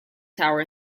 tower